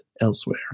elsewhere